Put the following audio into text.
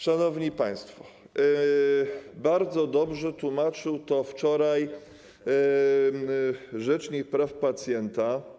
Szanowni państwo, bardzo dobrze tłumaczył to wczoraj rzecznik praw pacjenta.